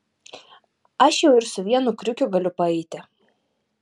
aš jau ir su vienu kriukiu galiu paeiti